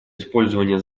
использование